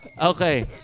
okay